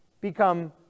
become